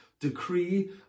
Decree